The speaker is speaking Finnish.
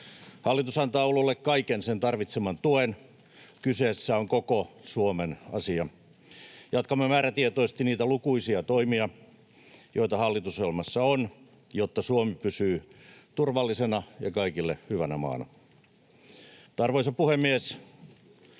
Hallitus antaa Oululle kaiken sen tarvitseman tuen. Kyseessä on koko Suomen asia. Jatkamme määrätietoisesti niitä lukuisia toimia, joita hallitusohjelmassa on, jotta Suomi pysyy turvallisena ja kaikille hyvänä maana. Mutta, arvoisa puhemies,